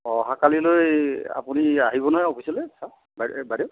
অহাকালিলৈ আপুনি আহিব নহয় অফিচলৈ চা বাইদেউ